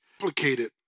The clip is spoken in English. Complicated